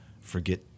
forget